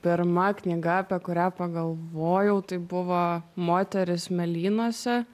pirma knyga apie kurią pagalvojau tai buvo moteris smėlynuose